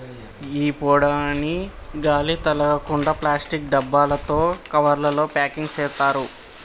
గీ పొడిని గాలి తగలకుండ ప్లాస్టిక్ డబ్బాలలో, కవర్లల ప్యాకింగ్ సేత్తారు